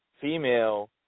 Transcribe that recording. female